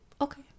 okay